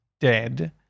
dead